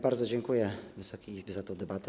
Bardzo dziękuję Wysokiej Izbie za tę debatę.